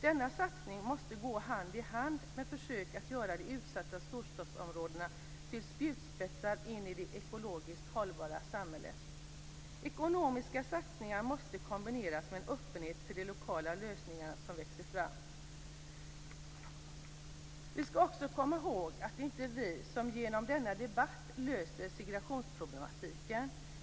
Denna satsning måste gå hand i hand med försök att göra de utsatta storstadsområdena till spjutspetsar in i det ekologiskt hållbara samhället. Ekonomiska satsningar måste kombineras med en öppenhet för de lokala lösningar som växer fram. Vi skall också komma ihåg att det inte är vi som genom denna debatt löser segregationsproblematiken.